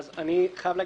אז אני חייב להגיד,